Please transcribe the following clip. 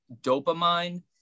dopamine